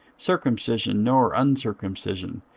circumcision nor uncircumcision,